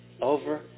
Over